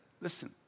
listen